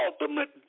ultimate